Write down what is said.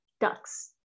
ducks